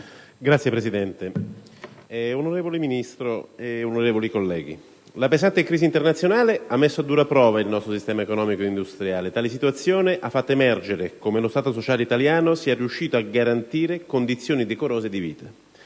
Signora Presidente, onorevole Ministro, onorevoli colleghi, la pesante crisi internazionale ha messo a dura prova il nostro sistema economico e industriale. Tale situazione ha fatto emergere come lo Stato sociale italiano sia riuscito a garantire condizioni decorose di vita.